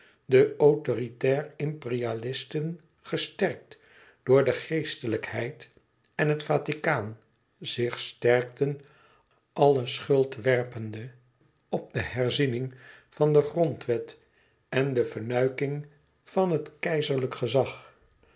waren de autoritair imperialisten gesterkt door de geestelijkheid en het vaticaan zich sterkten alle schuld werpende op de herziening van de grondwet en de fnuiking van het keizerlijk gezag